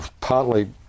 partly